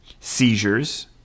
seizures